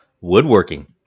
woodworking